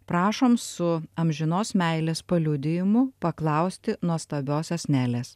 prašom su amžinos meilės paliudijimu paklausti nuostabiosios nelės